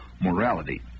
morality